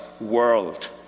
world